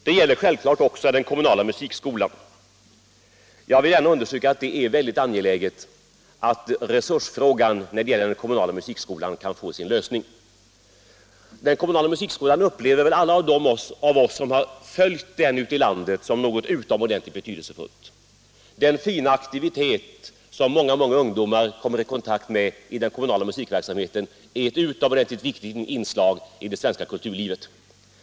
Det gäller självfallet också den kommunala musikskolan. Jag vill gärna understryka att det är angeläget att resursfrågan när det gäller den kommunala musikskolan kan få sin lösning. Den kommunala musikskolan upplever väl alla vi som har följt den ute i landet som utomordentligt betydelsefull. Den fina aktivitet som många ungdomar kommer i kontakt med i den kommunala musikverksamheten är ett viktigt inslag i det svenska kulturlivet.